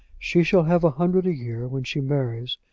she shall have a hundred a year, when she marries,